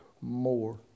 more